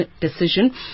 decision